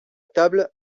table